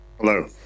Hello